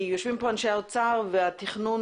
יושבים פה אנשי האוצר והתכנון.